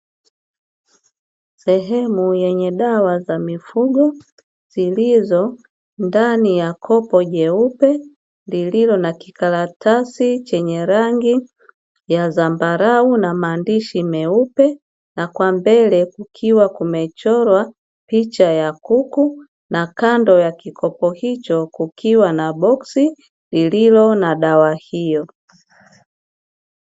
Sehemu yenye dawa za mifugo zilizo ndani ya kopo jeupe lililo na kikaratasi chenye rangi ya zambarau na maandishi meupe, na kwa mbele kukiwa kumechorwa picha ya kuku na kando ya kikopo hicho kukiwa na boksi lililo na dawa hiyo.